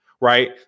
right